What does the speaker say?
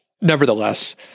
nevertheless